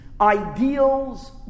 ideals